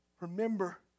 Remember